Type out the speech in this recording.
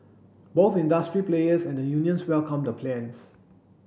both industry players and the unions welcomed the plans